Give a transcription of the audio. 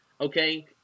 okay